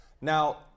Now